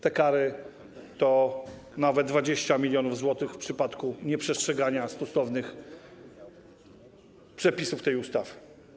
Te kary to nawet 20 mln zł w przypadku nieprzestrzegania stosownych przepisów tej ustawy.